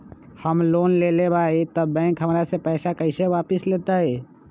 हम लोन लेलेबाई तब बैंक हमरा से पैसा कइसे वापिस लेतई?